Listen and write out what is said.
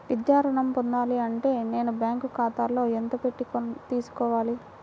విద్యా ఋణం పొందాలి అంటే నేను బ్యాంకు ఖాతాలో ఎంత పెట్టి తీసుకోవాలి?